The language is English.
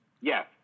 Yes